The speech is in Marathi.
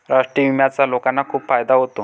राष्ट्रीय विम्याचा लोकांना खूप फायदा होतो